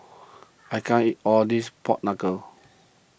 I can't eat all this Pork Knuckle